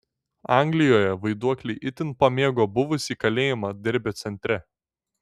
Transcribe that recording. anglijoje vaiduokliai itin pamėgo buvusį kalėjimą derbio centre